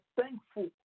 thankful